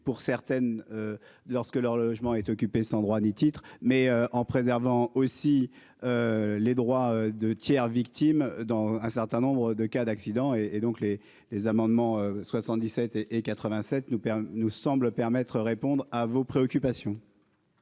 pour certaines. Lorsque leur logement est occupé sans droit ni titre, mais en préservant aussi. Les droits de. Pierre victime dans un certain nombre de cas d'accident et et donc les les amendements 77 et et 87 nous permet nous semble permettre répondre à vos préoccupations.